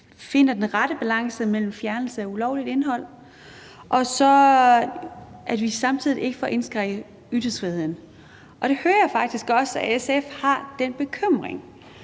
finder den rette balance mellem fjernelse af ulovligt indhold og indskrænkelse af ytringsfriheden, og jeg hører faktisk også, at SF har den bekymring.